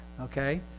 Okay